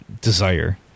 desire